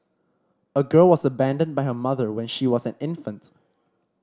a girl was abandoned by her mother when she was an infant